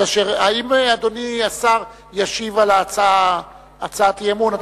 האם אדוני השר ישיב על הצעת האי-אמון?